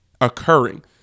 occurring